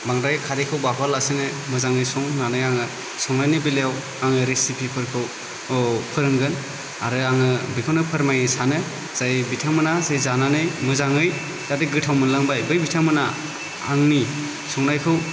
बांद्राय खारैखौ बाबहोआलासिनो मोजाङै सं होननानै आं बुङो संनायनि बेलायाव आङो रेसिपिफोरखौ फोरोंगोन आरो आङो बेखौनो फोरमायनो सानो जाय बिथांमोना जे जानानै मोजाङै गोथाव मोनलांबाय बै बिथांमोना आंनि संनायखौ